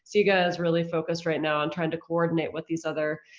so cega has really focused right now, on trying to coordinate with these other,